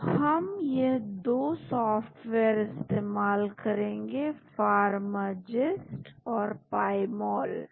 तो हम यह दो सॉफ्टवेयर इस्तेमाल करेंगे फार्माजीस्ट और पाईमॉल